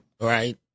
Right